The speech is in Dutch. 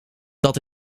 dat